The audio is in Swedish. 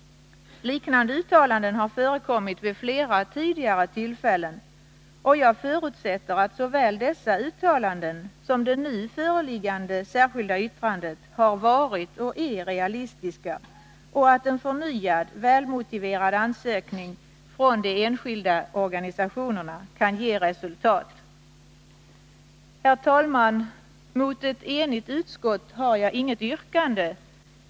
Liknande uttalanden har förekommit vid flera tidigare tillfällen. Jag förutsätter att såväl dessa uttalanden som det nu föreliggande särskilda yttrandet har varit och är realistiska och att en förnyad, välmotiverad ansökan från de enskilda organisationerna kan ge resultat. Herr talman! Mot ett enigt utskott har jag inget yrkande.